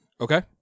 Okay